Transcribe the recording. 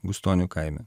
gustonių kaime